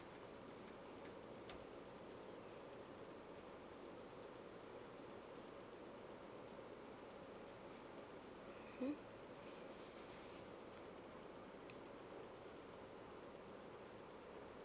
mmhmm